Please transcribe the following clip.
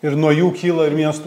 ir nuo jų kyla ir miestų